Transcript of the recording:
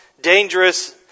dangerous